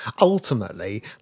ultimately